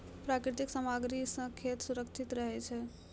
प्राकृतिक सामग्री सें खेत सुरक्षित रहै छै